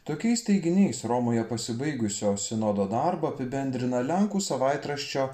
tokiais teiginiais romoje pasibaigusio sinodo darbą apibendrina lenkų savaitraščio